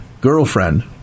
girlfriend